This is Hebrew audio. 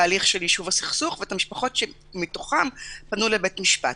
בהליך של יישוב הסכסוך ואת המשפחות שמתוכן פנו לבית משפט,